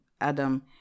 Adam